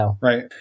Right